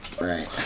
right